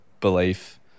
belief